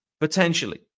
potentially